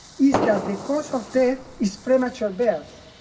is that the cause of death is premature birth.